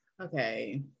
okay